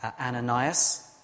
Ananias